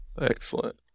Excellent